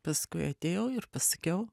paskui atėjau ir pasakiau